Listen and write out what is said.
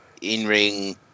in-ring